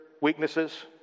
weaknesses